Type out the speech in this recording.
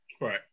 right